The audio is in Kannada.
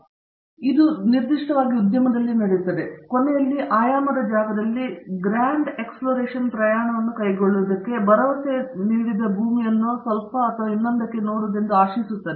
ಮತ್ತು ಇದು ನಿರ್ದಿಷ್ಟವಾಗಿ ಉದ್ಯಮದಲ್ಲಿ ಕೊನೆಯಲ್ಲಿ ಆಯಾಮದ ಜಾಗದಲ್ಲಿ ಗ್ರಾಂಡ್ ಎಕ್ಸ್ಪ್ಲೋರರೇಷನ್ ಪ್ರಯಾಣವನ್ನು ಕೈಗೊಳ್ಳುವುದಕ್ಕೆ ಭರವಸೆ ನೀಡಿದ ಭೂಮಿಯನ್ನು ಸ್ವಲ್ಪ ಅಥವಾ ಇನ್ನೊಂದಕ್ಕೆ ನೋಡುವುದೆಂದು ಆಶಿಸುತ್ತಿದೆ